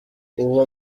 uwo